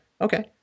Okay